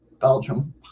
Belgium